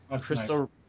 Crystal